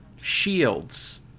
Shields